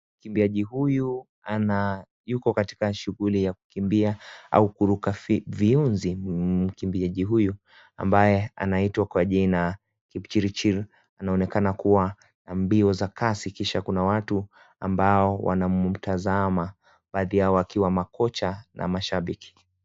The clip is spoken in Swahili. Mkimbiaji huyu yuko katika shughuli ya kukimbia au kuruka viunzi. Mkimbiaji huyu ambaye anaitwa kwa jina Kipchirchir anaonekana kuwa na mbio za kasi kisha kuna watu ambao wanamtazama. Baadhi yao wakiwa makocha na mashabiki.